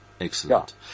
excellent